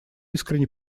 искренне